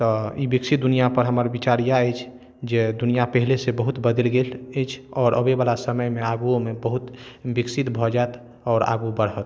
तऽ ई विकसित दुनिआपर हमर विचार इएह अछि जे दुनिआ पहिलेसँ बहुत बदलि गेल अछि आओर अबैवला समयमे आगुओमे बहुत विकसित भऽ जायत आओर आगू बढ़त